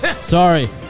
Sorry